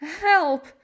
Help